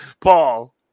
Paul